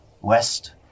west